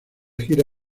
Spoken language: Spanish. gira